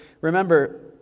remember